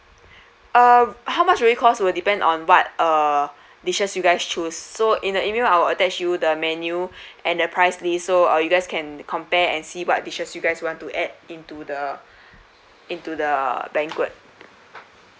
uh ah how much really cost will depend on what uh dishes you guys choose so in the email I'll attach you the menu and the price list so uh you guys can compare and see what dishes you guys want to add into the into the uh banquet